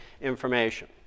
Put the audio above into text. information